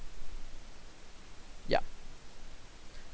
yup